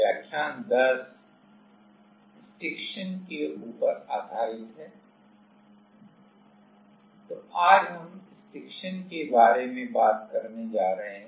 तो आज हम स्टिक्शन के बारे में बात करने जा रहे हैं